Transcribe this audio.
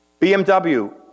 BMW